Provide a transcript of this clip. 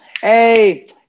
hey